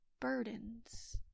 burdens